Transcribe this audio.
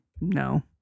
No